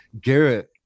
Garrett